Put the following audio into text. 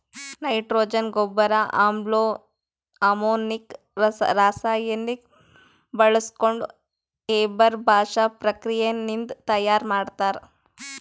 nitrogen ಗೊಬ್ಬರ್ ammonia ರಾಸಾಯನಿಕ್ ಬಾಳ್ಸ್ಕೊಂಡ್ ಹೇಬರ್ ಬಾಷ್ ಪ್ರಕ್ರಿಯೆ ನಿಂದ್ ತಯಾರ್ ಮಾಡ್ತರ್